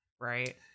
Right